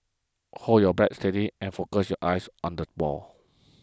hold your bat steady and focus your eyes on the ball